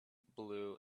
blue